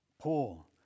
Paul